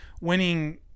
winning